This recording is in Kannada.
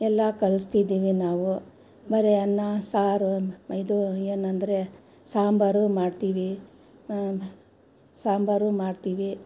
ಎಲ್ಲ ಕಲಿಸ್ತಿದ್ದೀವಿ ನಾವು ಬರೇ ಅನ್ನ ಸಾರು ಇದು ಏನೆಂದ್ರೆ ಸಾಂಬಾರು ಮಾಡ್ತೀವಿ ಸಾಂಬಾರು ಮಾಡ್ತೀವಿ